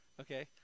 Okay